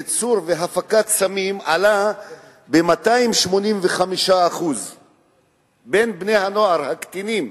ייצור והפקה של סמים עלה ב-285% בקרב בני-הנוער הקטינים,